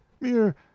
mere